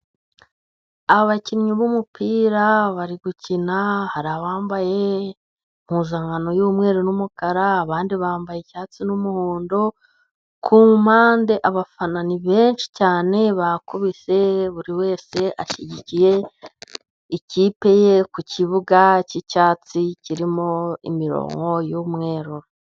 Abakinnyi b'umupira bari gukina. Hari abambaye impuzankano y'umweru n'umukara, abandi bambaye icyatsi n'umuhondo. Ku mpande abafana ni benshi cyane bakubise buri wese ashyigikiye ikipe ye, ku kibuga cy'icyatsi kirimo imirongo y'umweru.